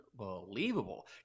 unbelievable